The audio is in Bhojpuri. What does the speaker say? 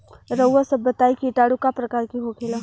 रउआ सभ बताई किटाणु क प्रकार के होखेला?